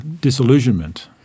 disillusionment